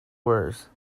worse